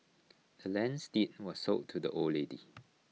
the land's deed was sold to the old lady